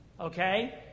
Okay